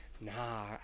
Nah